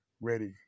ready